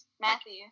Matthew